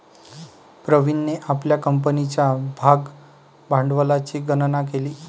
प्रवीणने आपल्या कंपनीच्या भागभांडवलाची गणना केली